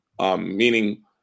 Meaning